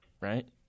right